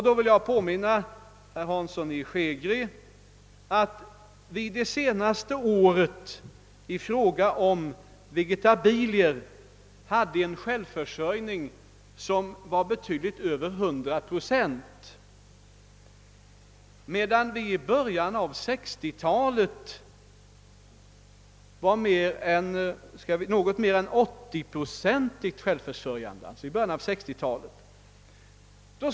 Då vill jag påminna herr Hansson i Skegrie om att vi det senaste året i fråga om vegetabilier hade en självförsörjningsgrad av betydligt över 100 procent, medan vi i början av 1969-talet var självförsörjande till något mer än 80 procent.